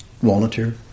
Volunteer